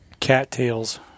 Cattails